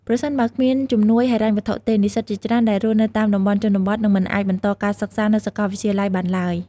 ប្រសិនបើគ្មានជំនួយហិរញ្ញវត្ថុទេ និស្សិតជាច្រើនដែលរស់នៅតាមតំបន់ជនបទនឹងមិនអាចបន្តការសិក្សានៅសាកលវិទ្យាល័យបានឡើយ។